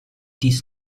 dies